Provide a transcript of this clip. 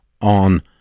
on